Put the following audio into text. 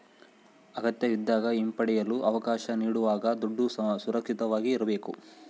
ಅಗತ್ಯವಿದ್ದಾಗ ಹಿಂಪಡೆಯಲು ಅವಕಾಶ ನೀಡುವಾಗ ದುಡ್ಡು ಸುರಕ್ಷಿತವಾಗಿ ಇರ್ಬೇಕು